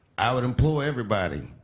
i would implore everybody